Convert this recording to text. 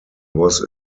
was